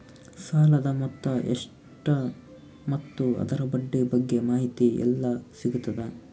ಸಾಲದ ಮೊತ್ತ ಎಷ್ಟ ಮತ್ತು ಅದರ ಬಡ್ಡಿ ಬಗ್ಗೆ ಮಾಹಿತಿ ಎಲ್ಲ ಸಿಗತದ?